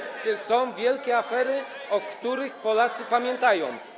Są wielkie afery, o których Polacy pamiętają.